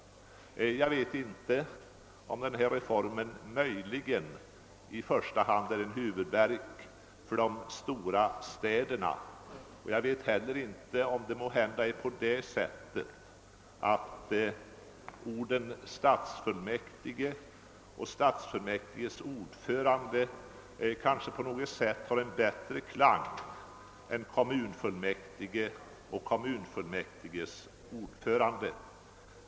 Jag vet inte om denna reform möjligen i första hand är en huvudvärk för de stora städerna. Jag vet heller inte om det måhända är på det sättet att orden stadsfullmäktige och stadsfullmäktiges ordförande på något sätt har en bättre klang än kommunfullmäktige :och kommunalfullmäktiges ordförande.